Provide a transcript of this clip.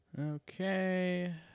Okay